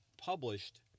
published